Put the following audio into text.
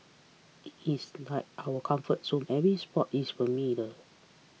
it is like our comfort zone every spot is familiar